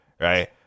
Right